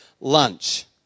lunch